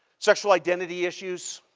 sexual identity issues,